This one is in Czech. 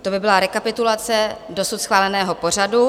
To by byla rekapitulace dosud schváleného pořadu.